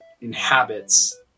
inhabits